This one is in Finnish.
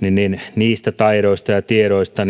niin niin niistä taidoista ja tiedoista